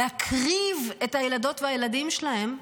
להקריב את הילדות והילדים שלהם,